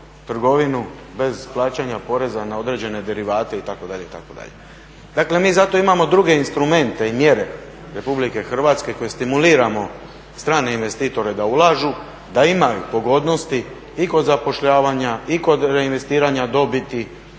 trgovinu bez plaćanja poreza na određene derivate, itd., itd. Dakle, mi zato imamo druge instrumente i mjere RH kojima stimuliramo strane investitore da ulažu, da imaju pogodnosti i kod zapošljavanja i kod reinvestiranja dobiti,